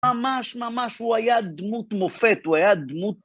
ממש ממש, הוא היה דמות מופת, הוא היה דמות.